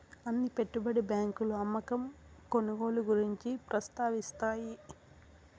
అన్ని పెట్టుబడి బ్యాంకులు అమ్మకం కొనుగోలు గురించి ప్రస్తావిస్తాయి